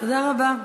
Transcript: תודה רבה.